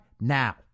now